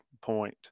point